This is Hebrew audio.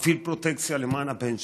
מפעיל פרוטקציה למען הבן שלי.